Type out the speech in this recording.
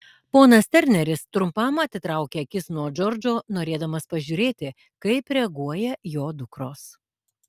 ponas terneris trumpam atitraukė akis nuo džordžo norėdamas pažiūrėti kaip reaguoja jo dukros